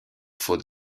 faute